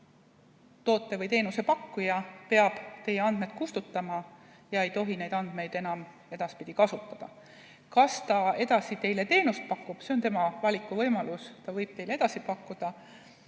Toote või teenuse pakkuja peab teie andmed kustutama ja ta ei tohi neid enam edaspidi kasutada. Kas ta edasi teile teenust pakub, see on tema valikuvõimalus. Ta võib teile edasi pakkuda,